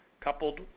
coupled